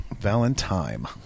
Valentine